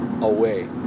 away